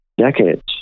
decades